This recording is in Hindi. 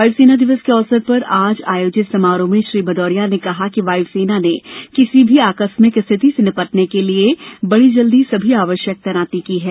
वायुसेना दिवस के अवसर पर आज आयोजित समारोह में श्री भदौरिया ने कहा कि वायुसेना ने किसी भी आकस्मिक स्थिति से निपटने के लिए बड़ी जल्दी सभी आवश्यक तैनाती की है